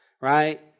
right